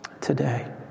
today